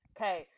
okay